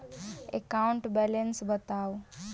account balance बताउ